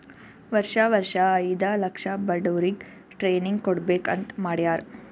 ವರ್ಷಾ ವರ್ಷಾ ಐಯ್ದ ಲಕ್ಷ ಬಡುರಿಗ್ ಟ್ರೈನಿಂಗ್ ಕೊಡ್ಬೇಕ್ ಅಂತ್ ಮಾಡ್ಯಾರ್